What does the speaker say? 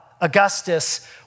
Augustus